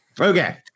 Okay